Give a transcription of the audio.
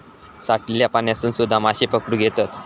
साठलल्या पाण्यातसून सुध्दा माशे पकडुक येतत